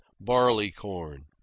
Barleycorn